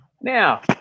Now